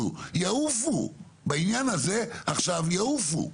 בעניין הזה עכשיו יעופו.